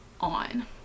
on